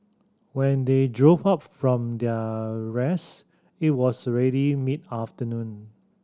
when they joke up from their rest it was already mid afternoon